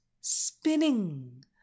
Spinning